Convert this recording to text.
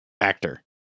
Actor